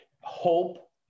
hope